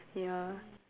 ya